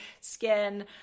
skin